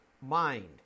mind